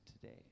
today